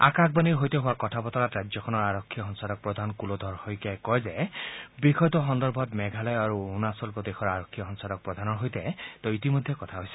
আকাশবাণীৰ সৈতে হোৱা কথা বতৰাত ৰাজ্যখনৰ আৰক্ষী সঞ্চালকপ্ৰধান কুলধৰ শইকীয়াই কয় যে বিষয়টো সন্দৰ্ভত মেঘালয় আৰু অৰুণাচল প্ৰদেশৰ আৰক্ষী সঞ্চালকপ্ৰধানৰ সৈতে তেওঁ ইতিমধ্যে কথা হৈছে